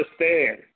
understand